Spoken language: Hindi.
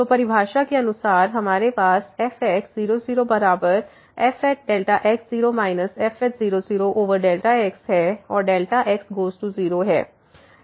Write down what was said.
तो परिभाषा के अनुसार हमारे पास fx0 0 बराबर fΔx0 f00Δx है और Δx गोज़ टू 0 है